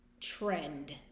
trend